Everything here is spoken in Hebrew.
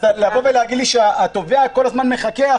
אז להגיד לי שהתובע כל הזמן מחכה?